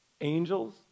angels